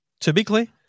Typically